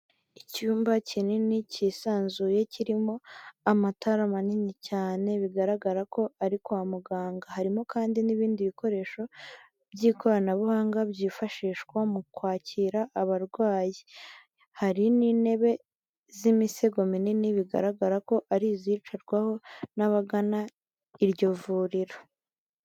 Icyumba kinini kisanzuye kirimo amatara manini cyane, bigaragara ko ari kwa muganga, harimo kandi n'ibindi bikoresho by'ikoranabuhanga byifashishwa mu kwakira abarwayi, hari n'intebe z'imisego minini, bigaragara ko ari izicarwaho n'abagana iryo vuriro.